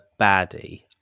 baddie